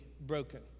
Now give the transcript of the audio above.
broken